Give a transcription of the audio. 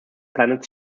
planet